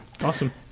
awesome